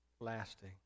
lasting